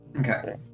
Okay